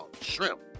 shrimp